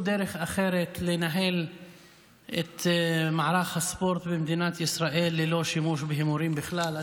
דרך אחרת לנהל את מערך הספורט במדינת ישראל ללא שימוש בהימורים בכלל.